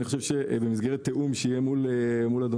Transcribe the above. אבל אני חושב שבמסגרת תיאום שיהיה מול אדוני,